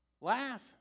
Laugh